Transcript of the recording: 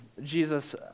Jesus